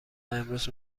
امروز